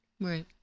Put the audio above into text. Right